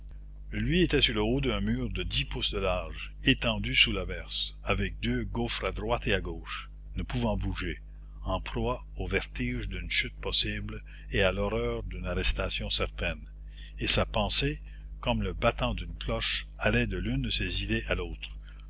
lui était sur le haut d'un mur de dix pouces de large étendu sous l'averse avec deux gouffres à droite et à gauche ne pouvant bouger en proie au vertige d'une chute possible et à l'horreur d'une arrestation certaine et sa pensée comme le battant d'une cloche allait de l'une de ces idées à l'autre